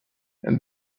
and